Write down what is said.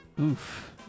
Oof